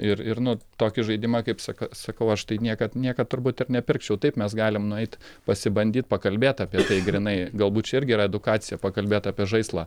ir ir nu tokį žaidimą kaip sak sakau aš tai niekad niekad turbūt ir nepirkčiau taip mes galim nueit pasibandyt pakalbėt apie tai grynai galbūt čia irgi yra edukacija pakalbėt apie žaislą